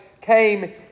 came